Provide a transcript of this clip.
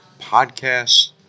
podcasts